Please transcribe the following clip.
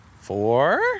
four